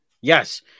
Yes